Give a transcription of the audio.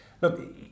Look